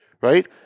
Right